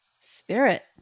spirit